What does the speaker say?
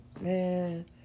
Man